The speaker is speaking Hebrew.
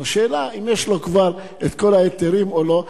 השאלה היא האם יש לו כבר כל ההיתרים או לא.